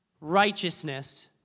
righteousness